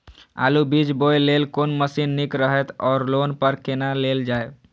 आलु बीज बोय लेल कोन मशीन निक रहैत ओर लोन पर केना लेल जाय?